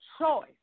choice